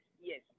yes